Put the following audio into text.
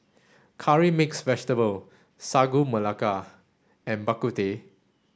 curry mixed vegetable Sagu Melaka and Bak Kut Teh